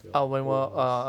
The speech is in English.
your old house